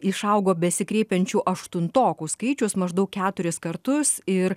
išaugo besikreipiančių aštuntokų skaičius maždaug keturis kartus ir